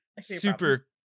super